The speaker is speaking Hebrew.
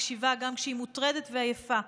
מקשיבה גם כשהיא מוטרדת ועייפה,